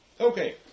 Okay